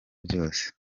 byose